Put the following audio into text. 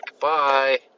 Bye